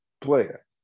player